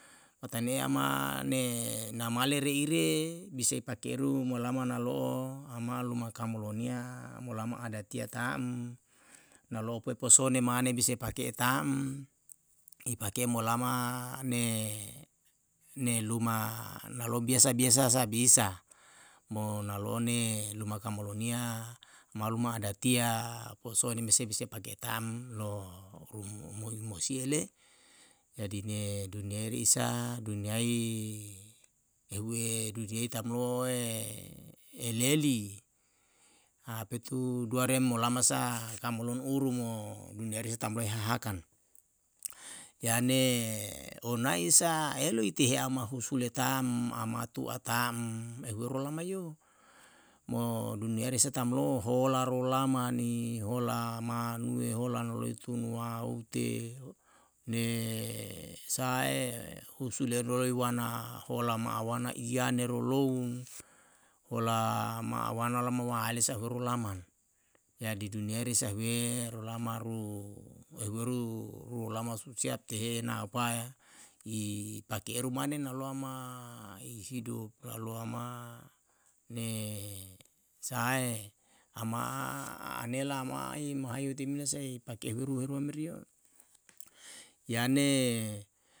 Matane ama ne namale reire bisae pake'eru molama nalo'o ama luma kamolo nia molama adati ta'm nalo'o poe posone mane bisae pake'e ta'm, i pake'e molama ne luma biasa biasa sa bisa. mo nalo'o ne luma kamolonia maluma adatia posone mesae bisae pake ta'm lo rum u musie le. jadi nie dunyai re isa dunyai ehue dunyai tamlo'oe eleli apetu duare molama sa kamolono uru mo dunyai resa tamloe hahakan. yane onai isa elu ite he ama husule tam ama tu'a ta'm ehu eru rolamayo, mo dunyai resa tamlo'o hola rolama ni hola manue hola nueloe tunu waute ne sahae husule nuelo uwana hola ma awana iyane roloun hola ma awana lama waele sa hueru laman. jadi dunyai resa ehue rolamaru ehu eru ru olama su siap tehe na opae i pake'e eru mane nalo'o ama i hidup nalo ama ne sahae ama ane lama i mahi oitemina sai pake ehu eru merio. yane